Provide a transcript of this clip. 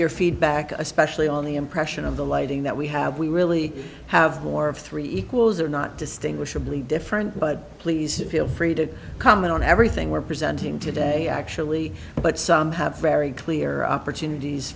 your feedback especially on the impression of the lighting that we have we really have more of three equals or not distinguishably different but please feel free to comment on everything we're presenting today actually but some have very clear opportunities